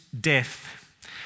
death